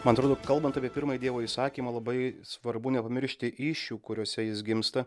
man atrodo kalbant apie pirmąjį dievo įsakymą labai svarbu nepamiršti įsčių kuriose jis gimsta